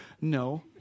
No